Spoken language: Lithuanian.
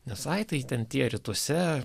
nes ai tai ten tie rytuose